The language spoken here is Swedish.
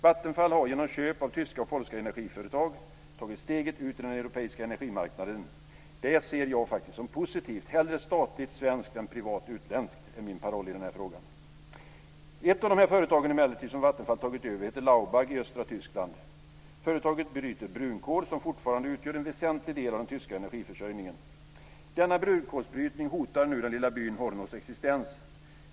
Vattenfall har genom köp av tyska och polska energiföretag tagit steget ut i den europeiska energimarknaden. Det ser jag faktiskt som positivt: Hellre statligt svenskt än privat utländskt är min paroll i den här frågan. Ett av de företag som Vattenfall har tagit över är emellertid Laubag i östra Tyskland. Företaget bryter brunkol som fortfarande utgör en väsentlig del av den tyska energiförsörjningen. Denna brunkolsbrytning hotar nu den lilla byn Hornos existens.